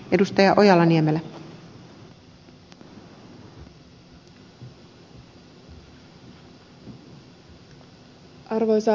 arvoisa rouva puhemies